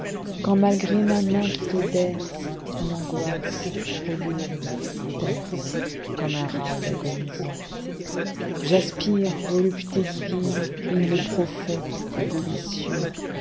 quand malgré ma main qui te berce ton angoisse trop lourde percecomme un râle d'agonisant j'aspire volupté divine ihymne profond délicieux